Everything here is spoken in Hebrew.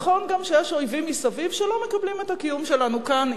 נכון גם שיש אויבים מסביב שלא מקבלים את הקיום שלנו כאן.